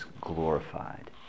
glorified